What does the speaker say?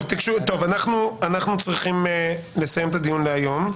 אנחנו צריכים לסיים את הדיון להיום.